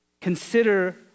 consider